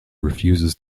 refuses